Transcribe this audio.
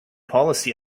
policy